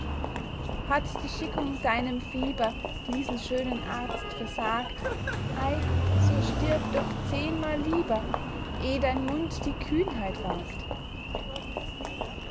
hat die schickung deinem fieber diesen schönen arzt versagt ei so stirb doch zehnmal lieber eh dein mund die kühnheit wagt